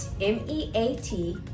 M-E-A-T